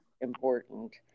important